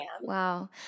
Wow